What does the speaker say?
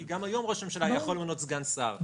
כי גם היום ראש הממשלה יכול למנות סגן שר.